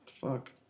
fuck